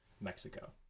Mexico